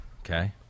Okay